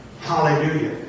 Hallelujah